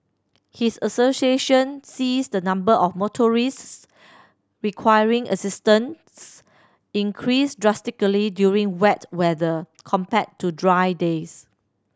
his association sees the number of motorists requiring assistance increase drastically during wet weather compared to dry days